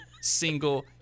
single